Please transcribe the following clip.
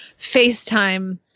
FaceTime